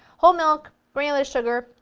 whole milk, granulated sugar,